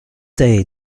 day